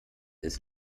ist